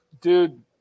Dude